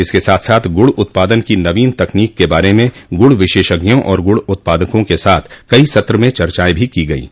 इसके साथ साथ गुड़ उत्पादन की नवीन तकनीक के बारे में गुड़ विशेषज्ञों और गुड़ उत्पादकों के साथ कई सत्र म चर्चाएं भी गयीं